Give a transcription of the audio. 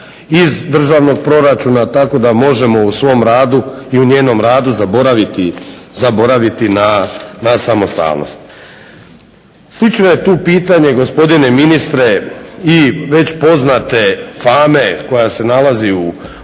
iz državnog proračuna tako da možemo u svom radu i u njenom radu zaboraviti na samostalnost. Slično je tu pitanje gospodine ministre i već poznate fame koja se nalazi u vašem